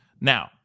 Now